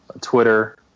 Twitter